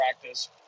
practice